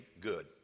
good